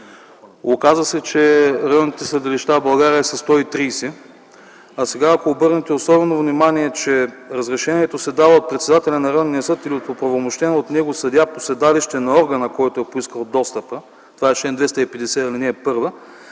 Оказа се, че районните съдилища в България са 130. А сега, ако обърнете особено внимание, разрешението се дава от председателя на районния съд или от оправомощен от него съдия по седалище на органа, поискал достъпа – това е чл. 250,